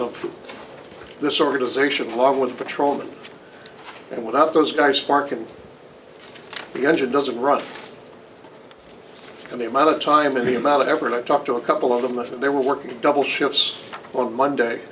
of this organization along with patrolmen and without those guys spark and the engine doesn't run and the amount of time and the amount of every day i talk to a couple of them and they're working double shifts on monday